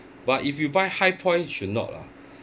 but if you buy high point should not lah